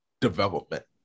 development